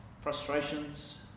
frustrations